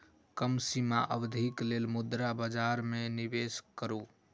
कम सीमा अवधिक लेल मुद्रा बजार में निवेश करू